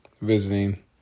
visiting